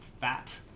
fat